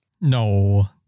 No